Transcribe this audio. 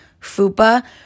fupa